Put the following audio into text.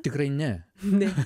tikrai ne ne